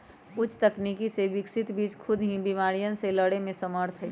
उच्च तकनीक से विकसित बीज खुद ही बिमारियन से लड़े में समर्थ हई